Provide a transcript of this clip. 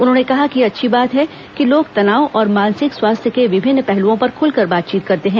उन्होंने कहा कि यह अच्छी बात है कि लोग तनाव और मानसिक स्वास्थ्य के विभिन्न पहलूओं पर खुलकर बातचीत करते हैं